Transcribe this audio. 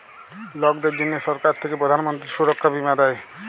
লকদের জনহ সরকার থাক্যে প্রধান মন্ত্রী সুরক্ষা বীমা দেয়